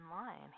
online